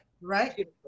Right